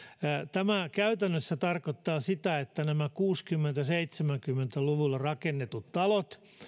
tämä käytännössä tarkoittaa sitä että kun näissä kuusikymmentä viiva seitsemänkymmentä luvulla rakennetuissa